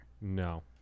No